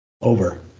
Over